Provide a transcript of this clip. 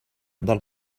del